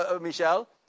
Michelle